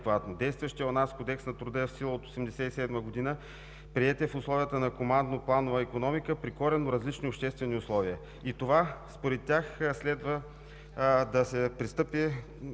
Действащият у нас Кодекс на труда е в сила от 1987 г., приет е в условията на командно-планова икономика при коренно различни обществени условия.“ Според тях следва да се пристъпи